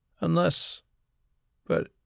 Unless—but